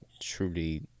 truly